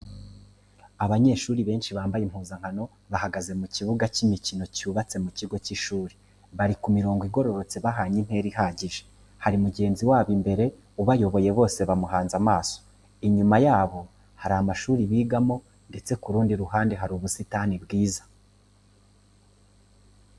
Abanyeshuri benshi bambaye impuzankano bahagaze mu kibuga cy'imikino cyubatse mu kigo cy'ishuri, bari ku mirongo igororotse bahanye intera ihagije, hari mugenzi wabo imbere ubayoboye bose bamuhanze amaso, inyuma yabo hari amashuri bigamo ndetse ku rundi ruhande hari ubusitani bwiza.